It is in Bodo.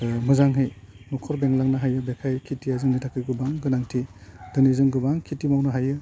मोजांहै न'खर बेंलांनो हायो बेखाय खेथिया जोंनि थाखाय गोबां गोनांथि दिनै जों गोबां खेथि मावनो हायो